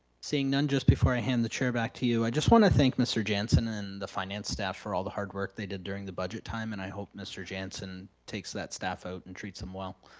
seeing none just before i hand the chair back to you, i just wanna thank mr. jansen and the finance staff for all the hard work they did during the budget time and i hope mr. jansen takes that staff out and treats them well.